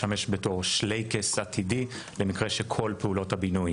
משמש בתור שלייקס עתידי למקרה שכל פעולות הבינוי